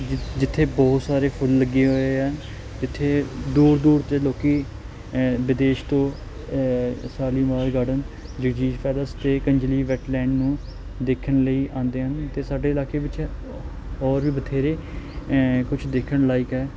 ਜਿ ਜਿੱਥੇ ਬਹੁਤ ਸਾਰੇ ਫੁੱਲ ਲੱਗੇ ਹੋਏ ਹੈ ਜਿੱਥੇ ਦੂਰ ਦੂਰ ਤੋਂ ਲੋਕ ਵਿਦੇਸ਼ ਤੋਂ ਸ਼ਾਲੀਮਾਰ ਗਾਰਡਨ ਜਗਜੀਤ ਪੈਲਸ ਅਤੇ ਕਾਂਜਲੀ ਵੈਟਲੈਂਡ ਨੂੰ ਦੇਖਣ ਲਈ ਆਉਂਦੇ ਹਨ ਅਤੇ ਸਾਡੇ ਇਲਾਕੇ ਵਿੱਚ ਔਰ ਵੀ ਬਥੇਰੇ ਕੁਛ ਦੇਖਣ ਲਾਇਕ ਹੈ